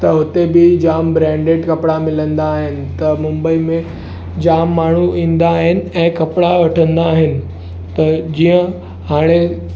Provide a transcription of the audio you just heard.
त हुते बि जामु ब्रैंडिड कपिड़ा मिलंदा आहिनि त मुंबई में जामु माण्हू ईंदा आहिनि ऐं कपिड़ा वठंदा आहिनि त जीअं हाणे